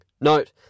Note